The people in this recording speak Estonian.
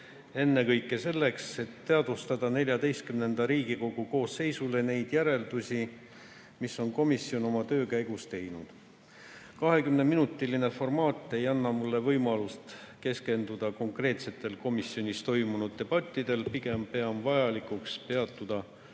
ennekõike selleks, et teadvustada XIV Riigikogu koosseisule neid järeldusi, mis on komisjon oma töö käigus teinud. 20‑minutiline formaat ei anna mulle võimalust keskenduda konkreetsetele komisjonis toimunud debattidele, pigem pean vajalikuks peatuda